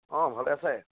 অঁ ভালে আছে